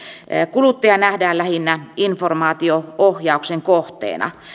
kuluttaja nähdään lähinnä informaatio ohjauksen kohteena